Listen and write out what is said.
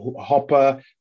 Hopper